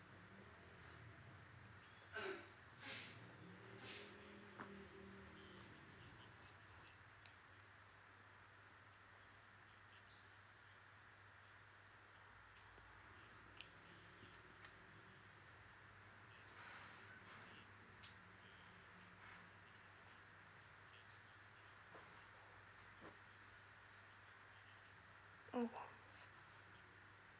mm